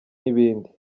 n’ibindi